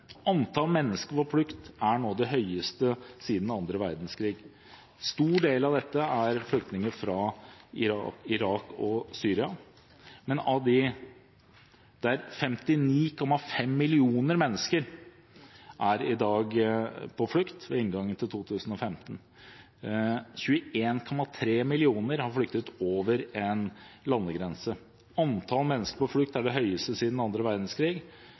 Antall mennesker på flukt er nå det høyeste siden annen verdenskrig. En stor del av dette er flyktninger fra Irak og Syria. 59,5 millioner mennesker var på flukt ved inngangen til 2015. 21,3 millioner har flyktet over en landegrense. Antall mennesker på flukt er det høyeste siden annen verdenskrig,